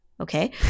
Okay